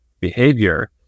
behavior